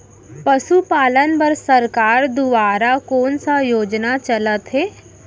पशुपालन बर सरकार दुवारा कोन स योजना चलत हे?